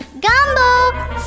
Gumbo